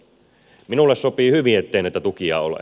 minulle sopii hyvin ettei näitä tukia ole